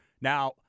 Now